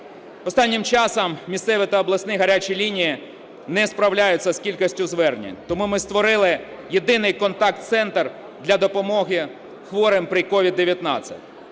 Останнім часом місцеві та обласні гарячі лінії не справляються з кількістю звернень, тому ми створили єдиний контакт-центр для допомоги хворим при СOVID-19.